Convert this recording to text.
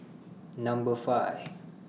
Number five